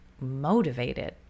motivated